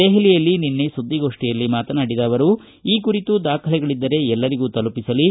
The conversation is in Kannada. ದೆಹಲಿಯಲ್ಲಿ ನಿನ್ನೆ ಸುದ್ಬಿಗೋಷ್ಠಿಯಲ್ಲಿ ಮಾತನಾಡಿದ ಅವರು ಈ ಕುರಿತು ದಾಖಲೆಗಳಿದ್ದರೆ ಎಲ್ಲರಿಗೂ ತಲುಪಿಸಲಿ